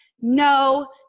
no